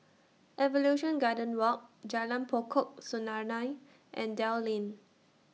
Evolution Garden Walk Jalan Pokok Serunai and Dell Lane